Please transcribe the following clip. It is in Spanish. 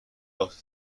los